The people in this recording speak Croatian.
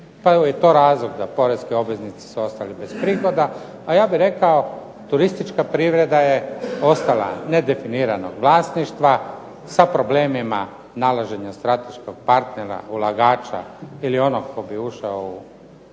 Pa evo i to je razlog da su porezni obveznici ostali bez prihoda, a ja bih rekao turistička privreda je ostala nedefiniranog vlasništva, sa problemima nalaženja strateškog partnera ulagača ili onog tko bi ušao u kupnju